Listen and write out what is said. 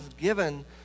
given